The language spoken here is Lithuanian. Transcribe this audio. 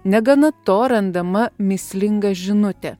negana to randama mįslinga žinutė